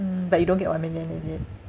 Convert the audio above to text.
mm but you don't get one million is it